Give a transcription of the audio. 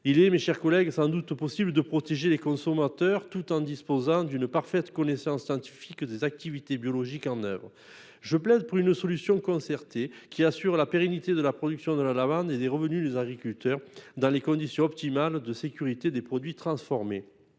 Il est sans doute possible de protéger les consommateurs tout en disposant d'une parfaite connaissance scientifique des mécanismes biologiques. Je plaide pour une solution concertée, qui assure la pérennité de la production de lavande et des revenus des agriculteurs, dans des conditions optimales de sécurité des produits transformés.